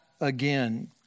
again